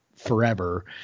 forever